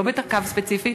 לא בקו ספציפי,